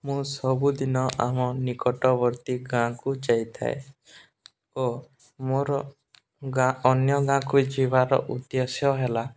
ମୁଁ ସବୁଦିନ ଆମ ନିକଟବର୍ତ୍ତୀ ଗାଁକୁ ଯାଇଥାଏ ଓ ମୋର ଗାଁ ଅନ୍ୟ ଗାଁକୁ ଯିବାର ଉଦ୍ଦେଶ୍ୟ ହେଲା